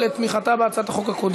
והיא עוברת לדיון בוועדת החוקה,